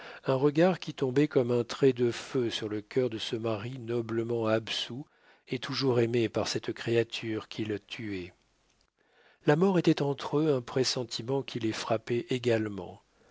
un regard qui tombait comme un trait de feu sur le cœur de ce mari noblement absous et toujours aimé par cette créature qu'il tuait la mort était entre eux un pressentiment qui les frappait également